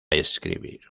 escribir